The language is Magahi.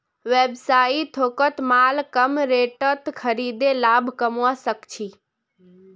व्यवसायी थोकत माल कम रेटत खरीदे लाभ कमवा सक छी